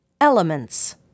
Elements